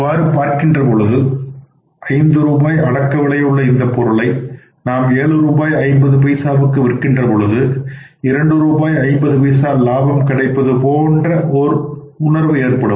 இவ்வாறு பார்க்கின்ற பொழுது ஐந்து ரூபாய் அடக்கவிலை உள்ள இந்த பொருளை நாம் 7 ரூபாய் 50 பைசாவுக்கு விற்கின்ற பொழுது 2 ரூபாய் 50 பைசா லாபம் கிடைப்பது போன்ற ஒரு உணர்வு ஏற்படும்